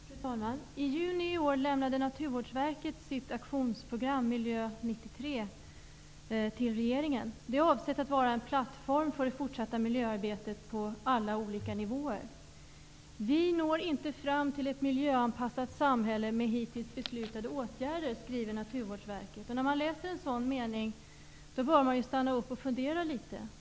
Fru talman! I juni i år lämnade Naturvårdsverket sitt aktionsprogram, Miljö 93, till regeringen. Det är avsett att vara en plattform för det fortsatta miljöarbetet på alla olika nivåer. ''Vi når inte fram till ett miljöanpassat samhälle med hittills beslutade åtgärder'', skriver Naturvårdsverket. När man läser en sådan mening, bör man stanna upp och fundera litet.